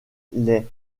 les